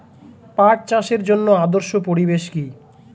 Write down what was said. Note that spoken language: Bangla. পাট চাষের জন্য আদর্শ পরিবেশ কি?